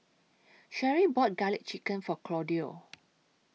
Sherri bought Garlic Chicken For Claudio